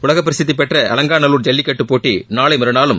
உலக பிரசித்திபெற்ற அலங்காநல்லூர் ஜல்லிக்கட்டுப் போட்டி நாளை மறுநாளும்